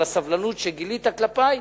על הסבלנות שגילית כלפי,